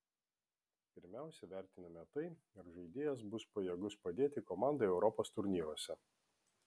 pirmiausia vertiname tai ar žaidėjas bus pajėgus padėti komandai europos turnyruose